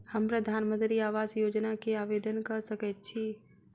हम प्रधानमंत्री आवास योजना केँ लेल आवेदन कऽ सकैत छी?